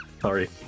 sorry